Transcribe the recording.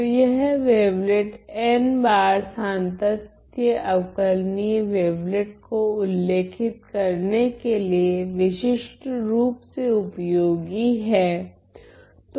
तो यह wavelet n बार सांतत्य अवकलनीय वेवलेट को उल्लेखित करने के लिए विशिष्टरूप से उपयोगी हैं